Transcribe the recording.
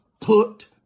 put